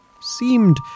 seemed